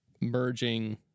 merging